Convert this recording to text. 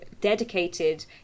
dedicated